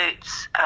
boots